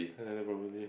another probability